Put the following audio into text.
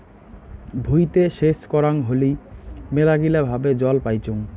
ভুঁইতে সেচ করাং হলি মেলাগিলা ভাবে জল পাইচুঙ